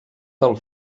del